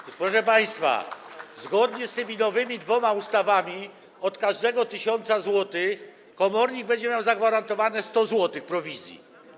Otóż proszę państwa, zgodnie z tymi nowymi dwoma ustawami od każdego tysiąca złotych komornik będzie miał zagwarantowane 100 zł prowizji.